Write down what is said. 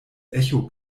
echo